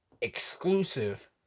exclusive